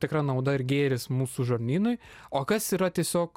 tikra nauda ir gėris mūsų žarnynui o kas yra tiesiog